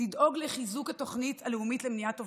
לדאוג לחיזוק התוכנית הלאומית למניעת אובדנות,